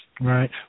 Right